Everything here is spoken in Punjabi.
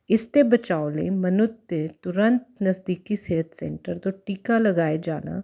ਇਸ ਤੋਂ ਬਚਾਓ ਲਈ ਮਨੁੱਖ ਦੇ ਤੁਰੰਤ ਨਜ਼ਦੀਕੀ ਸਿਹਤ ਸੈਂਟਰ ਤੋਂ ਟੀਕਾ ਲਗਾਇਆ ਜਾਣਾ